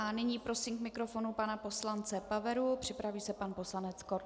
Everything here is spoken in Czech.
Nyní prosím k mikrofonu pana poslance Paveru, připraví se pan poslanec Korte.